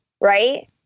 right